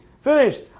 Finished